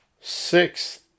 six